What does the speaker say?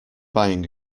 buying